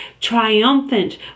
triumphant